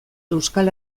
euskal